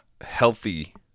healthy